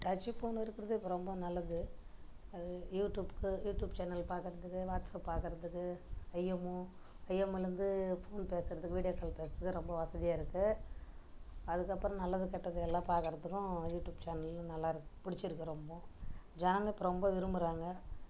Dutch phone இருக்கிறது இப்போது ரொம்ப நல்லது அது யூடியூப்புக்கு யூடியூப் சேனல் பார்க்கறதுக்கு வாட்ஸ்அப் பார்க்கறதுக்கு ஐஎம்ஓ ஐஎம்ஓலேருந்து ஃபோன் பேசுவது வீடியோ கால் பேசுவதுக்கு ரொம்ப வசதியாக இருக்குது அதுக்கப்புறம் நல்லது கெட்டது எல்லா பார்க்கறதுக்கும் யூடியூப் சேனல் நல்லா இருக்குது பிடிச்சிருக்கு ரொம்ப ஜனங்கள் இப்போ ரொம்ப விரும்புகிறாங்க